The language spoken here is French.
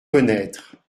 connaître